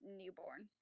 newborn